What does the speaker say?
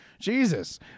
Jesus